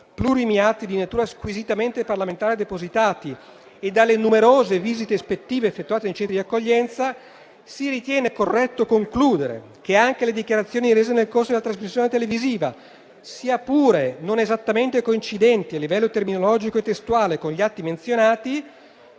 plurimi atti di natura squisitamente parlamentare depositati e dalle numerose visite ispettive effettuate nei centri di accoglienza, si ritiene corretto concludere che anche le dichiarazioni rese nel corso della trasmissione televisiva, sia pure non esattamente coincidenti a livello terminologico e testuale con gli atti menzionati,